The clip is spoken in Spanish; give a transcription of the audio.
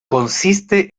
consiste